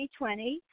2020